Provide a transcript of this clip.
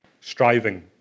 striving